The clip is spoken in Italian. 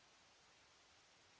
Grazie,